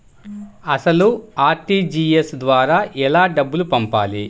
అసలు అర్.టీ.జీ.ఎస్ ద్వారా ఎలా డబ్బులు పంపాలి?